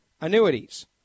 annuities